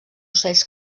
ocells